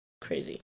Crazy